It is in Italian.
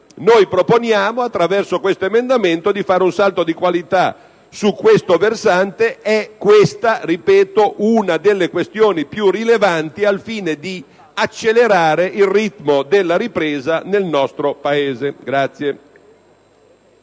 Noi proponiamo attraverso l'emendamento 2.12 di fare un salto di qualità su questo versante; si tratta, ripeto, di una delle questioni più rilevanti al fine di accelerare il ritmo della ripresa nel nostro Paese.